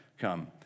come